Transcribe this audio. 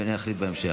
ונחליט בהמשך.